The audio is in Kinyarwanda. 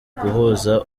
guhuza